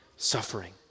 Suffering